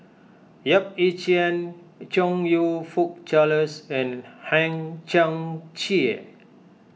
Yap Ee Chian Chong You Fook Charles and Hang Chang Chieh